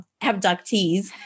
abductees